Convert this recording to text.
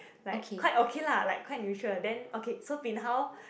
like quite okay lah like quite neutral then okay so bin hao